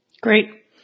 Great